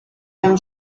been